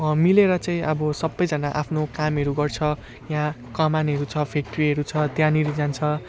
मिलेर चाहिँ अब सबैजना आफ्नो कामहरू गर्छ यहाँ कमानहरू छ फ्याक्ट्रीहरू छ त्यहाँनिर जान्छ